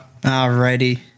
Alrighty